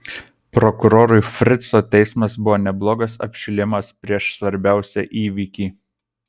prokurorui frico teismas buvo neblogas apšilimas prieš svarbiausią įvykį